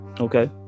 Okay